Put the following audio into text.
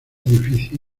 difícil